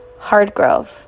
Hardgrove